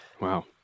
Wow